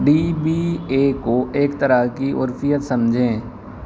D B A کو ایک طرح کی عرفیت سمجھیں